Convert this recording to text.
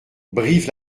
brive